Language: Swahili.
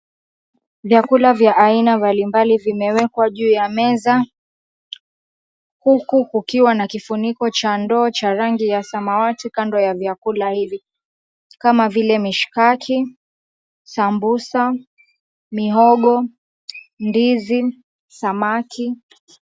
Vyakula vya aina mbalimbali vimewekwa juu ya meza huku kukiwa na kifuniko cha ndoo cha rangi ya samawati kando ya vyakula hivi kama vile mishikaki, sambusa, mihogo, ndizi, samaki.